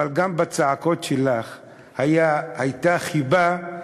אבל גם בצעקות שלך הייתה חיבה,